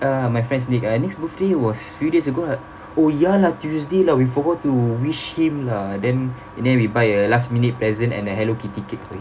uh my friend's nick uh nick's birthday was few days ago what oh ya lah tuesday lah we forgot to wish him lah then and then we buy a last minute present and a hello kitty cake for him